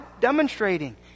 demonstrating